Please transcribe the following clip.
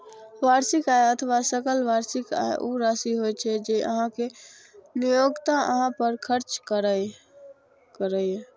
वार्षिक आय अथवा सकल वार्षिक आय ऊ राशि होइ छै, जे अहांक नियोक्ता अहां पर खर्च करैए